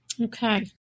Okay